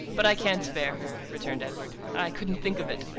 but i can't spare her, returned edward. i couldn't think of it.